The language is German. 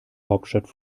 hauptstadt